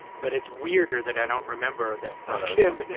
but it's weirder that i don't remember that rakim and